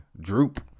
Droop